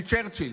מצ'רצ'יל,